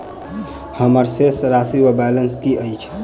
हम्मर शेष राशि वा बैलेंस की अछि?